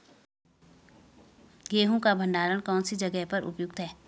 गेहूँ का भंडारण कौन सी जगह पर उपयुक्त है?